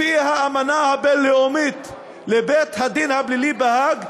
לפי האמנה הבין-לאומית של בית-הדין הפלילי בהאג,